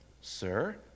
Sir